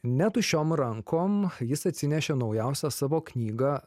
ne tuščiom rankom jis atsinešė naujausią savo knygą